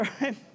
right